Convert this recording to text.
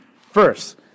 First